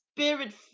Spirit